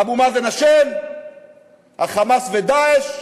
אבו מאזן אשם, ה"חמאס" ו"דאעש",